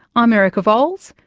i'm erica vowles,